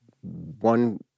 one